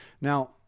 Now